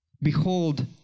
Behold